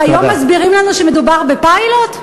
והיום מסבירים לנו שמדובר בפיילוט?